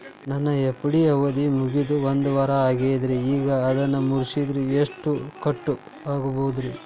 ನನ್ನ ಎಫ್.ಡಿ ಅವಧಿ ಮುಗಿದು ಒಂದವಾರ ಆಗೇದ್ರಿ ಈಗ ಅದನ್ನ ಮುರಿಸಿದ್ರ ಎಷ್ಟ ಕಟ್ ಆಗ್ಬೋದ್ರಿ?